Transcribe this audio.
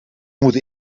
moeten